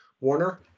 Warner